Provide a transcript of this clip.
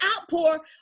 outpour